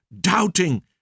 doubting